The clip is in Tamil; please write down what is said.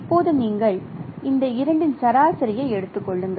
இப்போது நீங்கள் இந்த இரண்டின் சராசரியை எடுத்துக் கொள்ளுங்கள்